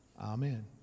Amen